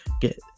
get